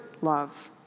love